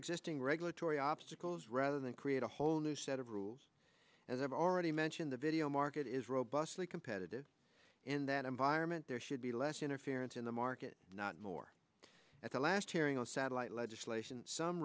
existing regulatory obstacles rather than create a whole new set of rules as i've already mentioned the video market is robustly competitive in that environment there should be less interference in the market not more at the last hearing on satellite legislation some